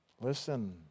Listen